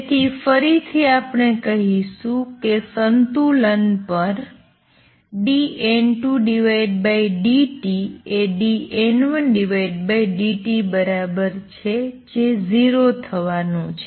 તેથી ફરીથી આપણે કહીશું કે સંતુલન પર dN2 dt એ dN1 dt બરાબર છે જે 0 થવાનું છે